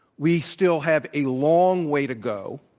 we still have a long way to go.